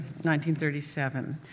1937